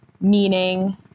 meaning